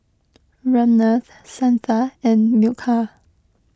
Ramnath Santha and Milkha